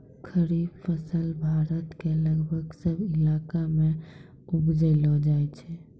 खरीफ फसल भारत के लगभग सब इलाका मॅ उपजैलो जाय छै